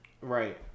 Right